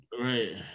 right